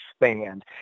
expand